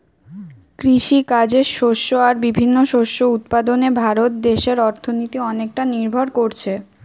কৃষিকাজের শস্য আর বিভিন্ন শস্য উৎপাদনে ভারত দেশের অর্থনীতি অনেকটা নির্ভর কোরছে